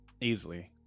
easily